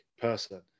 person